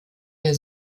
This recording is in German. der